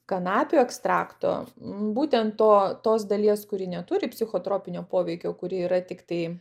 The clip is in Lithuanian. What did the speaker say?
kanapių ekstrakto būtent to tos dalies kuri neturi psichotropinio poveikio kuri yra tiktai